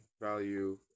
value